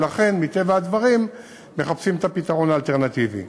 ולכן מטבע הדברים מחפשים את הפתרון האלטרנטיבי.